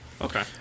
Okay